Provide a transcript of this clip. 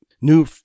new